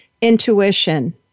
Intuition